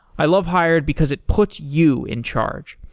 i love hired because it puts you in charge.